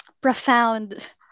profound